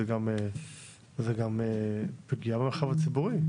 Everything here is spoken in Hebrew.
זה גם פגיעה במרחב הציבורי.